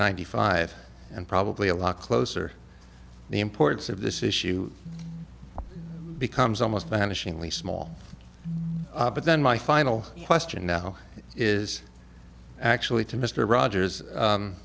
ninety five and probably a lot closer the importance of this issue becomes almost vanishingly small but then my final question now is actually to mr rogers